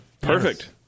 perfect